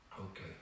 okay